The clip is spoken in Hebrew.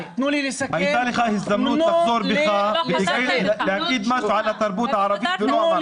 הייתה לך הזדמנות לחזור בך ולהגיד משהו על התרבות הערבית ולא אמרת.